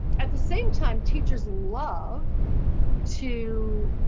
at the same time teachers love to